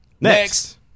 next